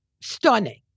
stunning